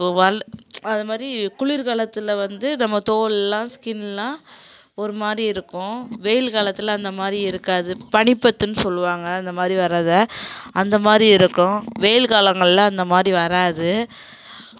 அது மாதிரி குளிர்க்காலத்தில் வந்து நம்ம தோலெலாம் ஸ்கினெலாம் ஒரு மாதிரி இருக்கும் வெயில் காலத்தில் அந்த மாதிரி இருக்காது பனி பத்துனு சொல்லுவாங்க அந்த மாதிரி வரதை அந்த மாதிரி இருக்கும் வெயில் காலங்களில் அந்த மாதிரி வராது